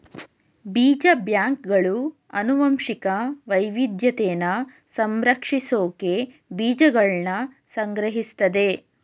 ಬೀಜ ಬ್ಯಾಂಕ್ಗಳು ಅನುವಂಶಿಕ ವೈವಿದ್ಯತೆನ ಸಂರಕ್ಷಿಸ್ಸೋಕೆ ಬೀಜಗಳ್ನ ಸಂಗ್ರಹಿಸ್ತದೆ